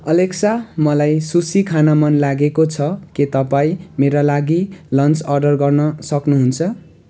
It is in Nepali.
एलेक्सा मलाई सुसी खान मन लागेको छ के तपाईँ मेरा लागि लन्च अर्डर गर्न सक्नुहुन्छ